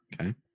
Okay